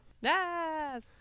Yes